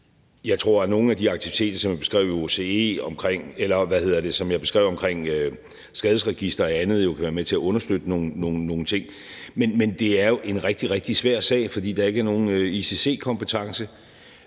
Jeg tror, at nogle af de aktiviteter, som jeg beskrev, omkring skadesregister og andet, kan være med til at understøtte nogle ting. Men det er jo en rigtig, rigtig svær sag, fordi der ikke er nogen ICC-kompetence.